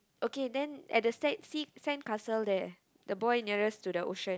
okay then at the sa~ se~ sandcastle there the boy nearest to the ocean